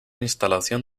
instalación